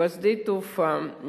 בשדה התעופה,